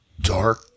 dark